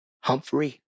Humphrey